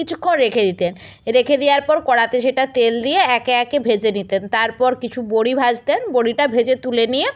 কিছুক্ষণ রেখে দিতেন রেখে দেয়ার পর কড়াতে সেটা তেল দিয়ে একে একে ভেজে নিতেন তারপর কিছু বড়ি ভাজতেন বড়িটা ভেজে তুলে নিয়ে